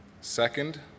Second